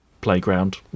playground